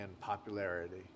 popularity